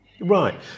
Right